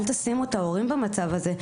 אל תשימו את ההורים במצב הזה.